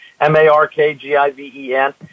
M-A-R-K-G-I-V-E-N